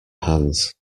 hands